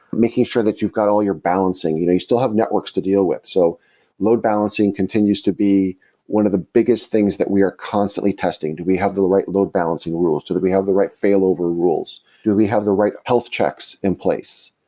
making sure that you've got all your balancing. you know you still have networks to deal with. so load balancing continues to be one of the biggest things that we are constantly testing. do we have the right load balancing rules? do we have the right? failover rules? do we have the right health checks in place?